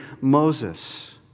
Moses